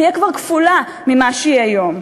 כבר תהיה כפולה ממה שהיא היום.